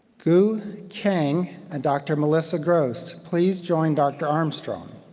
goo kang and dr. melissa gross, please join dr. armstrong.